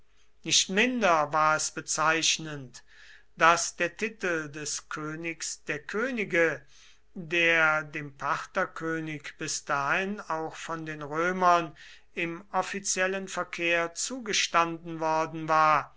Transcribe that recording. nicht minder war es bezeichnend daß der titel des königs der könige der dem partherkönig bis dahin auch von den römern im offiziellen verkehr zugestanden worden war